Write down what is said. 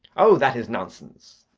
oh, that is nonsense.